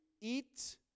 eat